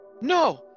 No